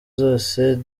zose